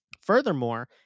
Furthermore